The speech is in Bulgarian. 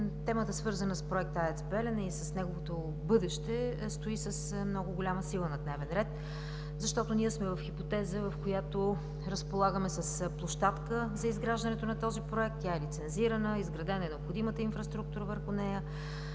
темата, свързана с Проекта АЕЦ „Белене“ и с неговото бъдеще, стои с много голяма сила на дневен ред, защото ние сме в хипотеза, в която разполагаме с площадка за изграждането на този Проект. Тя е лицензирана, изградена е необходимата инфраструктура върху нея.